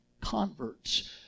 converts